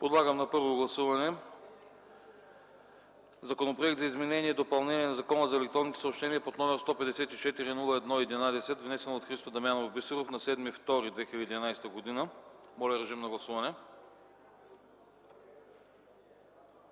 Подлагам на първо гласуване Законопроект за изменение и допълнение на Закона за електронните съобщения под № 154-01-11, внесен от Христо Дамянов Бисеров на 7 февруари 2011 г. Гласували